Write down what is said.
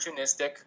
opportunistic